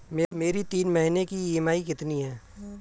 मेरी तीन महीने की ईएमआई कितनी है?